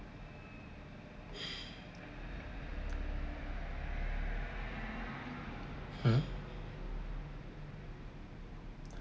hmm